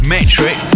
Metric